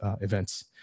events